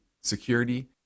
security